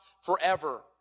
forever